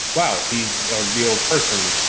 wow, he's a real person.